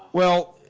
well,